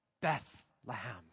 Bethlehem